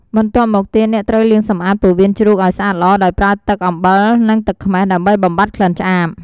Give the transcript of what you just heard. បន្ទាប់មកទៀត អ្នកត្រូវលាងសម្អាតពោះវៀនជ្រូកឱ្យស្អាតល្អ ដោយប្រើទឹក អំបិល និងទឹកខ្មេះ ដើម្បីបំបាត់ក្លិនឆ្អាប។